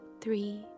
three